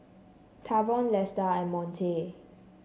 Tavon Lesta and Monte